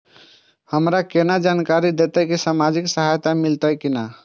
हमरा केना जानकारी देते की सामाजिक सहायता मिलते की ने?